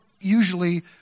usually